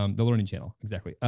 um the learning channel exactly.